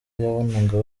yabonaga